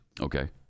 Okay